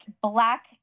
black